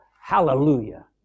Hallelujah